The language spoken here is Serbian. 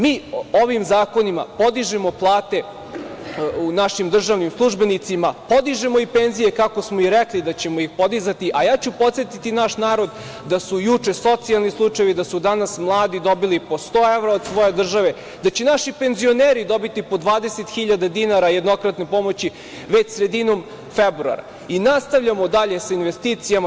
Mi ovim zakonima podižemo palate našim državnim službenicima, podižemo i penzije kako smo i rekli da ćemo ih podizati, a ja ću podsetiti naš narod da su juče socijalni slučajevi, da su danas mladi dobili po 100 evra od svoje države, da će naši penzioneri dobiti po 20.000 dinara jednokratne pomoći već sredinom februara i nastavljamo dalje sa investicijama.